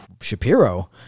Shapiro